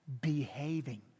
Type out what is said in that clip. Behaving